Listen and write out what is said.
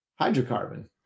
hydrocarbon